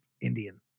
Indian